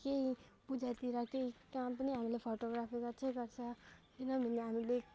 केही पूजातिर चाहिँ त्यहाँ पनि हामीले फोटोग्राफी गर्छै गर्छ किनभने हामीले